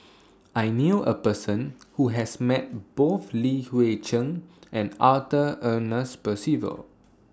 I knew A Person Who has Met Both Li Hui Cheng and Arthur Ernest Percival